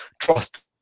trust